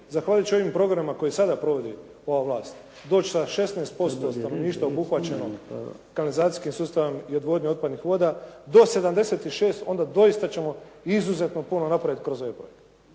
zahvaljujući ovim programima koje sada provodi ova vlast doći sa 16% stanovništva obuhvaćenog kanalizacijskim sustavom i odvodnjom otpadnih voda do 76 onda doista ćemo izuzetno puno napraviti kroz ovaj projekt.